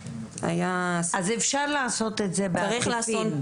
אז אפשר לעשות את זה בעקיפין.